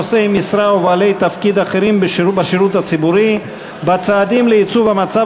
נושאי המשרה ובעלי תפקיד אחרים בשירות הציבורי בצעדים לייצוב המצב